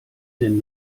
denn